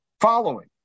following